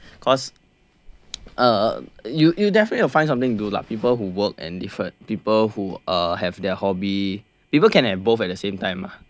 cause uh you you definitely will find something good lah people who work and different people who have uh their hobby people can have both at the same time mah um